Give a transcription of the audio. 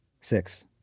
Six